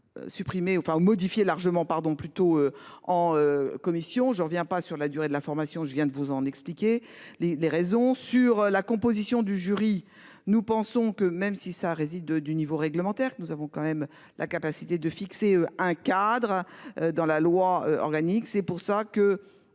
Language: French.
Supprimée enfin ou modifier largement pardon plutôt en commission je reviens pas sur la durée de la formation, je viens de vous en expliquer les les raisons sur la composition du jury. Nous pensons que même si ça résiste de du niveau réglementaire que nous avons quand même la capacité de fixer un cadre. Dans la loi organique, c'est pour ça que